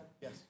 Yes